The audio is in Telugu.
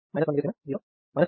మ్యాట్రిక్స్ G ఖాళీలను నింపాలి